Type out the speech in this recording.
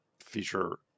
feature